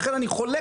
ולכן אני חולק,